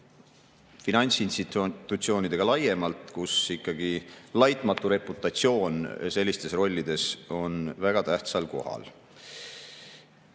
finantsinstitutsioonidega laiemalt, mille korral ikkagi laitmatu reputatsioon sellistes rollides on väga tähtsal kohal.